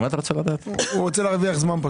הוא רוצה להרוויח זמן.